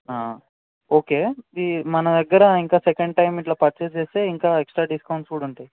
okay ఇది మన దగ్గర ఇంకా సెకండ్ టైమ్ ఇట్లా పర్చస్ చేస్తే ఇంకా ఎక్స్ట్రా డిస్కౌంట్స్ కూడా ఉంటాయి